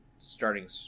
starting